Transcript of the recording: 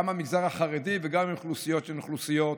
גם במגזר החרדי וגם עם אוכלוסיות שהן אוכלוסיות,